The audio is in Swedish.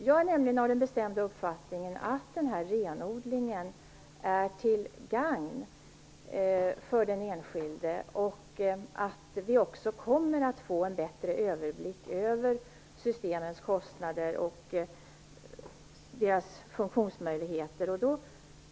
Jag är nämligen av den bestämda uppfattningen att denna renodling är till gagn för den enskilde och att vi kommer att få en bättre överblick över systemens kostnader och funktionsmöjligheter.